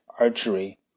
archery